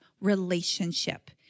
relationship